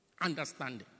Understanding